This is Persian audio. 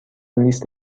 لیست